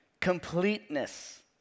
completeness